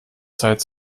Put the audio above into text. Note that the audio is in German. zeit